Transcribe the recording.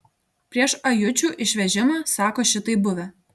prieš ajučių išvežimą sako šitaip buvę